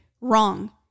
Wrong